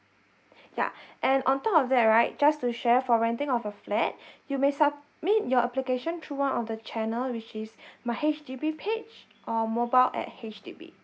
yeah and on top of that right just to share for renting of your flat you may submit your application through one of the channel which is my H_D_B page or mobile at H_D_B